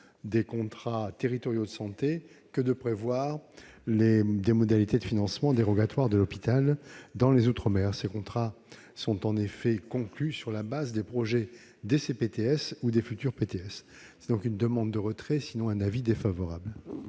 des contrats territoriaux de santé que de prévoir des modalités de financement dérogatoires de l'hôpital dans les outre-mer. Ces contrats sont en effet conclus sur la base des projets des CPTS ou des futurs PTS. La commission demande donc le retrait de cet amendement